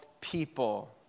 people